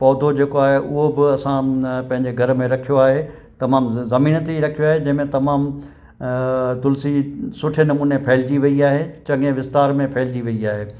पौधो जेको आहे उहो बि असां न पंहिंजे घर में रखियो आहे तमामु जमीन ते ई रखियो आहे जंहिंमें तमामु तुलिसी सुठे नमूने फैलिजी वई आहे चङे विस्तार में फैलिजी वई आहे